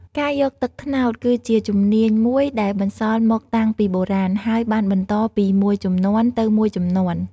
ការយកទឹកត្នោតគឺជាជំនាញមួយដែលបន្សល់មកតាំងពីបុរាណ ហើយបានបន្តពីមួយជំនាន់ទៅមួយជំនាន់។